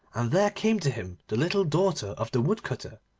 there came to him the little daughter of the woodcutter,